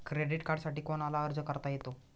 Credit कार्डसाठी कोणाला अर्ज करता येतो?